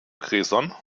cresson